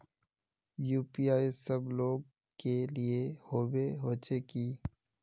UPI सब लोग के लिए होबे होचे की?